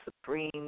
Supreme